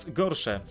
gorsze